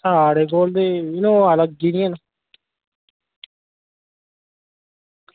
साढ़े कोल बी इनोवा लग्गी दियां न